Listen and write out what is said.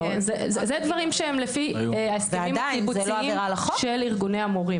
אלה דברים שהם לפי ההסכמים הקיבוציים של ארגוני המורים.